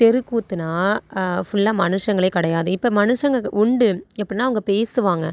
தெருக்கூத்துன்னால் ஃபுல்லாக மனுஷங்களே கிடையாது இப்போ மனுஷங்க உண்டு எப்படின்னா அவங்க பேசுவாங்க